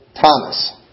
Thomas